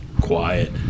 quiet